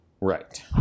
Right